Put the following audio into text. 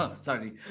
Sorry